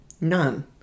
None